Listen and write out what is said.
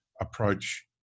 approach